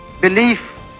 belief